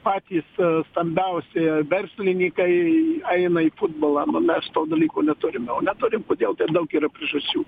patys stambiausi verslininkai eina į futbolą ne mes to dalyko neturime o neturim todėl ten daug yra priežasčių